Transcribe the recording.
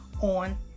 on